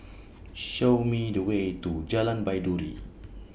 Show Me The Way to Jalan Baiduri